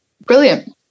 brilliant